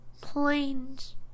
planes